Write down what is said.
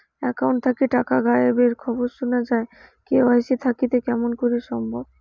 Account থাকি টাকা গায়েব এর খবর সুনা যায় কে.ওয়াই.সি থাকিতে কেমন করি সম্ভব?